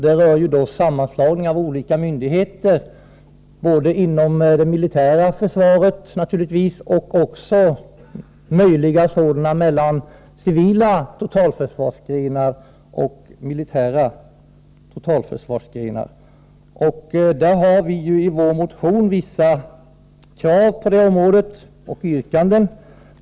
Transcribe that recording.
Det rör sammanslagning av olika myndigheter inom det militära försvaret och även möjliga sådana mellan civila totalförsvarsgrenar och militära totalförsvarsgrenar. Vi har i vår motion vissa krav och yrkanden på det området.